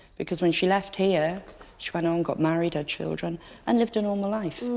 because when she left here she went home, got married, had children and lived a normal life.